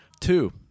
Two